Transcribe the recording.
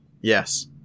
Yes